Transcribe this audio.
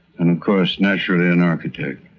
and of course naturally an architect.